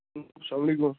السلام علیکُم